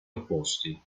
opposti